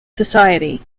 society